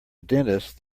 dentist